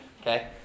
okay